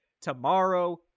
tomorrow